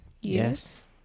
yes